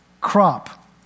crop